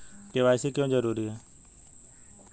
KYC क्यों जरूरी है?